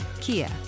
Kia